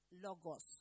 logos